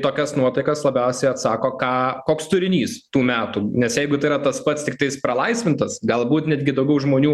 tokias nuotaikas labiausiai atsako ką koks turinys tų metų nes jeigu tai yra tas pats tiktais pralaisvintas galbūt netgi daugiau žmonių